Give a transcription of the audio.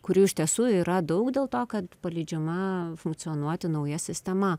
kurių iš tiesų yra daug dėl to kad paleidžiama funkcionuoti nauja sistema